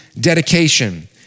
dedication